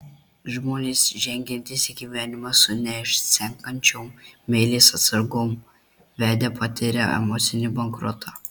žmonės žengiantys į gyvenimą su neišsenkančiom meilės atsargom vedę patiria emocinį bankrotą